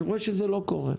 אני רואה שזה לא קורה.